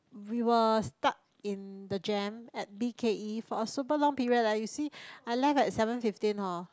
we were stuck in the jam at B_K_E for a super long period leh you see I left at seven fifteen hor